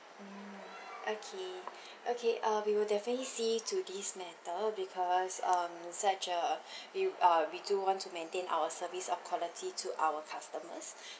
mm okay okay uh we will definitely see to this matter because um such a we uh we do want to maintain our service of quality to our customers